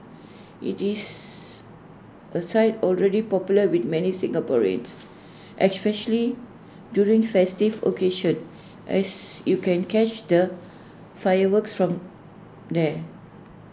IT is A site already popular with many Singaporeans especially during festive occasions as you can catch the fireworks from there